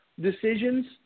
decisions